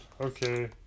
Okay